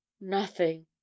Nothing